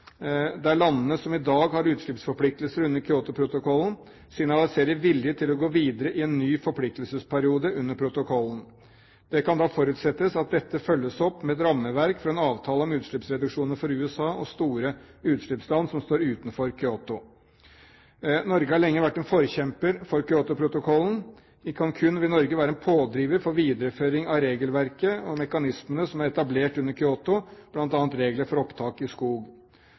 landene som i dag har utslippsforpliktelser under Kyotoprotokollen, signaliserer vilje til å gå videre i en ny forpliktelsesperiode under protokollen. Det kan da forutsettes at dette følges opp med et rammeverk for en avtale om utslippsreduksjoner for USA og store utslippsland som står utenfor Kyoto. Norge har lenge vært en forkjemper for Kyotoprotokollen. I Cancún vil Norge være en pådriver for videreføring av regelverket og mekanismene som er etablert under Kyoto, bl.a. regler for opptak i skog.